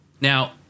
Now